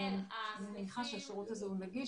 אני מניחה שהשירות הזה הוא נגיש,